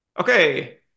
okay